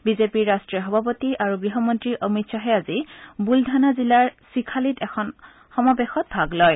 বিজেপিৰ ৰাষ্ট্ৰীয় সভাপতি আৰু গৃহমন্ত্ৰী অমিত খাহে আজি বুলধানা জিলাৰ চিখালীত এখন সমাবেশত ভাগ লয়